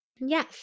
Yes